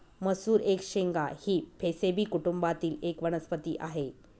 मसूर एक शेंगा ही फेबेसी कुटुंबातील एक वनस्पती आहे